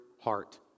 heart